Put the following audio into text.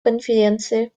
конференции